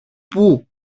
πού